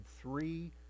three